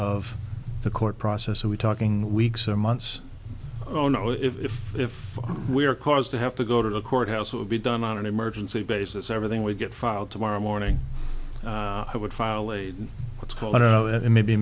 of the court process are we talking weeks or months oh no if if we are caused to have to go to the court house it would be done on an emergency basis everything would get filed tomorrow morning i would file late let's call it maybe